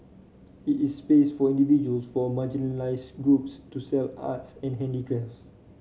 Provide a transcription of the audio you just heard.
it is space for individuals form marginalised groups to sell arts and handicrafts